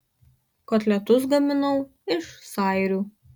kotletus gaminau iš sairų